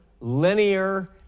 linear